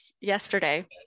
yesterday